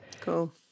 Cool